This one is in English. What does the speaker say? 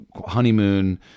honeymoon